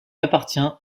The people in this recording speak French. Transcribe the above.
appartient